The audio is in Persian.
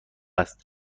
است